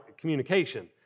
communication